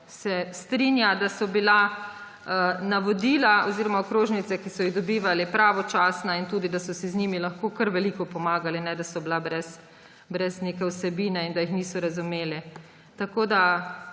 se strinja, da so bila navodila oziroma okrožnice, ki so jih dobivali, pravočasna in da so si z njimi lahko kar veliko pomagali, ne da so bila brez neke vsebine in da jih niso razumeli. Po